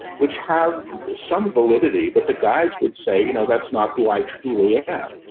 which have some validity, but the guides would say, you know, that's not who i truly am.